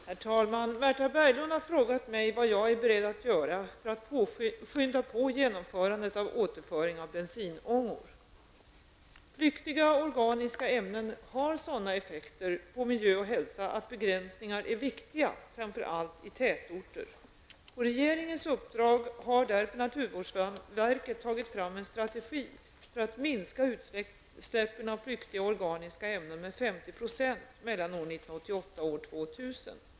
Herr talman! Märtha Berglund har frågat mig vad jag är beredd att göra för att skynda på genomförandet av återföring av bensinångor. Flyktiga organiska ämnen har sådana effekter på miljö och hälsa att begränsningar är viktiga framför allt i tätorter. På regeringens uppdrag har därför naturvårdsverket tagit fram en strategi för att minska utsläppen av flyktiga organiska ämnen med 50 % mellan år 1988 och år 2000.